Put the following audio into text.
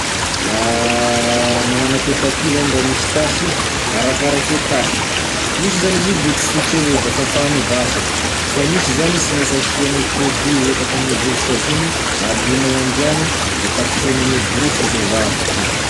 Magnano akoa e tapis zany raha misy tasy io, arakaraky e tasy, misy zany izy io loto tsotry avao da fafanao da afaky, fa misy zany sy mainsy asianao produit ohatry akô gne vovotsavony alonao andrano da takosehanao ame borosy zay va afaky izy.